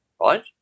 right